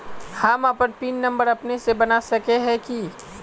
हम अपन pin number अपने से बना सके है की?